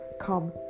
come